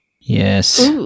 Yes